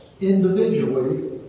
individually